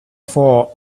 for